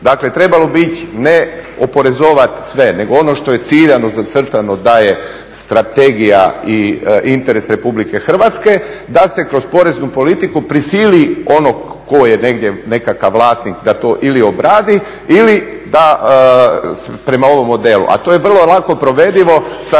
Dakle, trebalo bi ići ne oporezivat sve nego ono što je ciljano zacrtano da je strategija i interes Republike Hrvatske, da se kroz poreznu politiku prisili onog ko je negdje nekakav vlasnik da to ili obradi ili da prema ovom modelu, a to je vrlo lako provedivo sa